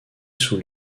sous